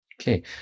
okay